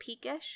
peakish